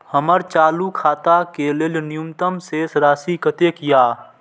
हमर चालू खाता के लेल न्यूनतम शेष राशि कतेक या?